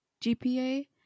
GPA